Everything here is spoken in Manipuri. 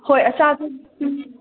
ꯍꯣꯏ ꯑꯆꯥ ꯑꯊꯛ ꯁꯨꯝ